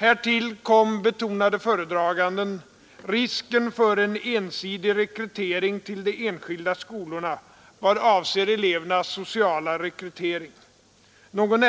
Härtill kom, betonade föredraganden, risken för en ensidig rekrytering till de enskilda skolorna vad avser elevernas sociala rekrytering. Någon